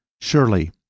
Surely